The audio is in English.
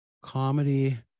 Comedy